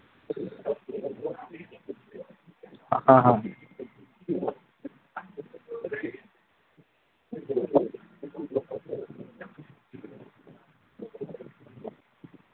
ꯑꯥ ꯑꯥ